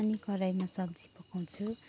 अनि कराईमा सब्जी पकाउँछु